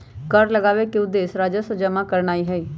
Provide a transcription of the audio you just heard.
कर लगाबेके उद्देश्य राजस्व जमा करनाइ हइ